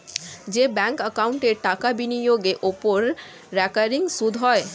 যে ব্যাঙ্ক একাউন্টে টাকা বিনিয়োগের ওপর রেকারিং সুদ হয়